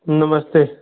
नमस्ते